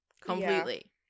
completely